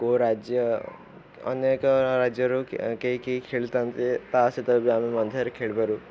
କେଉଁ ରାଜ୍ୟ ଅନେକ ରାଜ୍ୟରୁ କେହି କେହି ଖେଳିଥାନ୍ତି ତା ସହିତ ବି ଆମେ ମଧ୍ୟରେ ଖେଳିବାରୁ